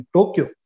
Tokyo